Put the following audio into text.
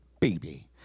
baby